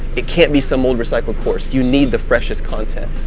it can't be some old recycle course, you need the freshest content.